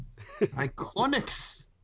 Iconics